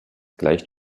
gleicht